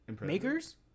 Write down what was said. Makers